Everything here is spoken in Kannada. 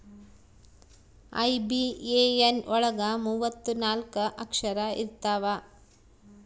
ಐ.ಬಿ.ಎ.ಎನ್ ಒಳಗ ಮೂವತ್ತು ನಾಲ್ಕ ಅಕ್ಷರ ಇರ್ತವಾ